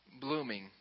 blooming